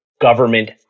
government